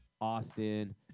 Austin